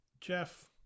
Jeff